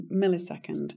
millisecond